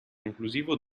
conclusivo